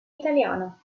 italiano